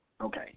okay